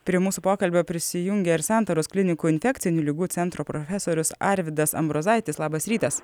prie mūsų pokalbio prisijungė ir santaros klinikų infekcinių ligų centro profesorius arvydas ambrozaitis labas rytas